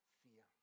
fear